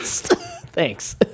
Thanks